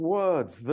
words